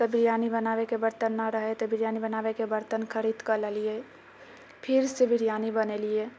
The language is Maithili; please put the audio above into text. तऽ बिरयानी बनाबैके बर्तन नहि रहै तऽ बिरयानी बनाबैके बर्तन खरीद कऽ लेलियै फिर सँ बिरयानी बनेलियै